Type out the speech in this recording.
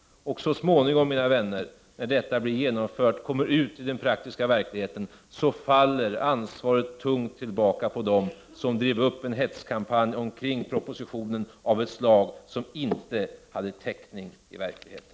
Så småningom, mina vänner, när detta blir genomfört och kommer ut i den praktiska verkligheten, faller ansvaret tungt tillbaka på dem som drev upp en hetskampanj omkring propositionen av ett slag som inte hade täckning i verkligheten.